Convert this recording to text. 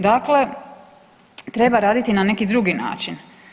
Dakle, treba raditi na neki drugi način.